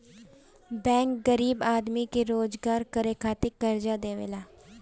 bank गरीब आदमी के रोजगार करे खातिर कर्जा देवेला